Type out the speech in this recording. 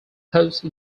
post